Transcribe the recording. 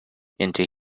into